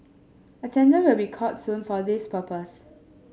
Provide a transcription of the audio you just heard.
a tender will be called soon for this purpose